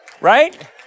right